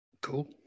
Cool